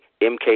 MK